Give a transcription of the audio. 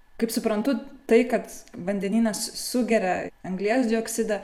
kaip suprantu tai kad vandenynas sugeria anglies dioksidą